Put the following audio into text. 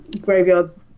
graveyards